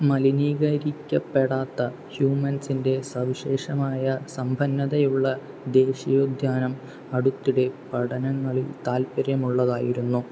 മലിനീകരിക്കപ്പെടാത്ത ഹ്യൂമൻസിൻ്റെ സവിശേഷമായ സമ്പന്നതയുള്ള ദേശീയോദ്യാനം അടുത്തിടെ പഠനങ്ങളിൽ താൽപ്പര്യമുള്ളതായിരുന്നു